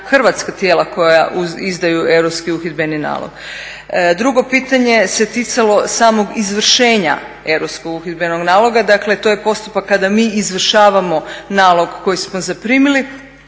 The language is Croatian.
hrvatska tijela koja izdaju europski uhidbeni nalog. Drugo pitanje se ticalo samog izvršenja europskog uhidbenog naloga, dakle to je postupak kada mi izvršavamo nalog koji smo zaprimili